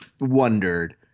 wondered